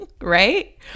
Right